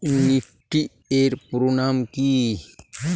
Nifty এর পুরোনাম কী?